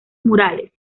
murales